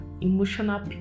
emotional